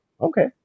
okay